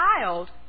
child